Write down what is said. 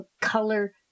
color